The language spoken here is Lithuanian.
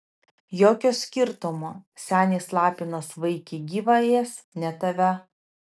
jokio skirtumo senis lapinas vaikį gyvą ės ne tave